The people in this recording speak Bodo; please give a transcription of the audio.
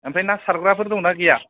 ओमफ्राय ना सारग्राफोर दं ना गैया